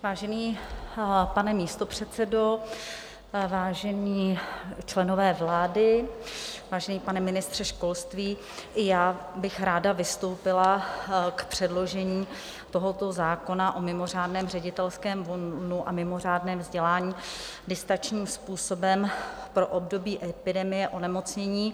Vážený pane místopředsedo, vážení členové vlády, vážený pane ministře školství, i já bych ráda vystoupila k předložení tohoto zákona o mimořádném ředitelském volnu a mimořádném vzdělání distančním způsobem pro období epidemie onemocnění.